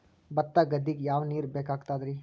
ಭತ್ತ ಗದ್ದಿಗ ಯಾವ ನೀರ್ ಬೇಕಾಗತದರೀ?